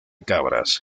cabras